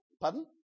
Pardon